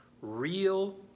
real